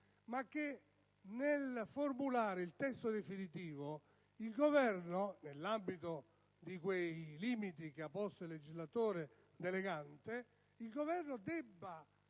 che, nel formulare il testo definitivo, il Governo - nell'ambito di quei limiti che ha posto il legislatore delegante - deve avere la